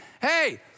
Hey